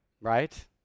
Right